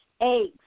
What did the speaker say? eggs